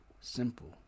simple